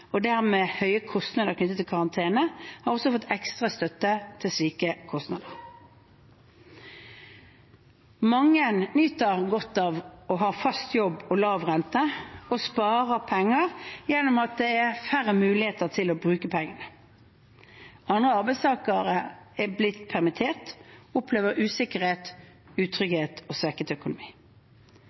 og dermed høye kostnader knyttet til karantene, har også fått ekstra støtte til slike kostnader. Mange nyter godt av fast jobb og lav rente og sparer penger gjennom at det er færre muligheter til å bruke penger. Andre arbeidstakere er blitt permittert og opplever usikkerhet, utrygghet og svekket økonomi.